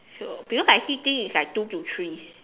so because I see thing is like two to three